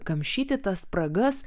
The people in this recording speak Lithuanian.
kamšyti tas spragas